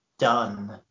done